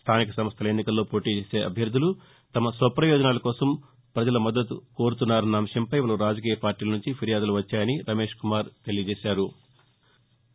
స్థానిక సంస్టల ఎన్నికల్లో పోటీ చేసే అభ్యర్దలు తమ స్వపయోజనాల కోసం ప్రజల మద్దతు కోరుతున్నాయన్న అంశంపై పలు రాజకీయ పార్టీల నుంచి ఫిర్యాదులు వచ్చాయని రమేష్ కుమార్ తెలిపారు